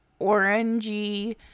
orangey